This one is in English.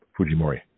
Fujimori